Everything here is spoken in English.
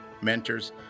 mentors